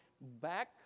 back